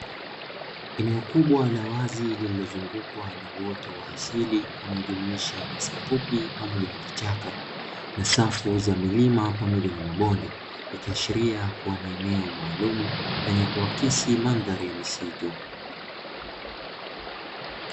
Eneo kubwa la wazi lililo zungukwa na uoto wa asili unao jumuisha nyasi fupi pamoja na vichaka na safu za milima pamoja na mabonde, ikiashiria kua ni eneo maalum lenye kuakisi mandhari ya misitu.